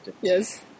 Yes